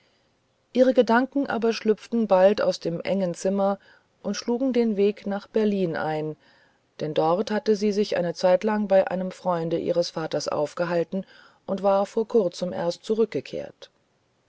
ihre gedanken aber schlüpften bald aus dem engen zimmer und schlugen den weg nach berlin ein denn dort hatte sie sich eine zeitlang bei einem freunde ihres vaters aufgehalten und war vor kurzem erst zurückgekehrt